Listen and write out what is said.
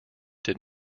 did